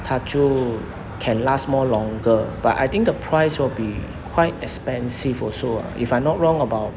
它就 can last more longer but I think the price will be quite expensive also if I'm not wrong about